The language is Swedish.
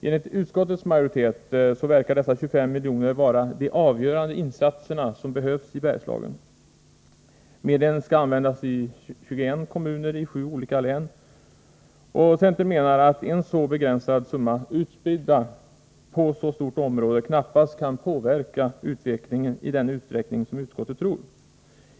Enligt utskottets majoritet verkar dessa 25 miljoner vara de avgörande insatser som behövs i Bergslagen. Medlen skall användas i 21 kommuner i sju olika län. Centern menar att en så begränsad summa utspridd på så stort område knappast kan påverka utvecklingen i den utsträckning som utskottet tror.